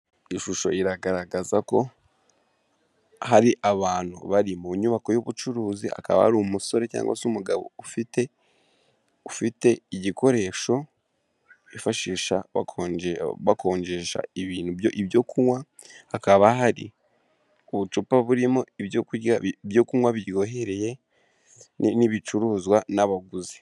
Ishusho iragaragaza ko hari abantu bari mu nyubako y'ubucuruzi akaba ari umusore cyangwa se umugabo ufite igikoresho bifashishaje bakonjesha ibintu ibyo kunywa, hakaba hari ubucupa burimo ibyo kunywa biryohereye n'ibicuruzwa n'abaguzi.